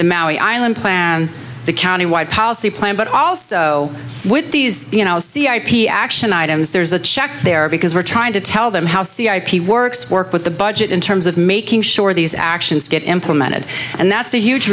the maui island plan the county wide policy plan but also with these you know see ip action items there's a check there because we're trying to tell them how c ip works work with the budget in terms of making sure these actions get implemented and that's a huge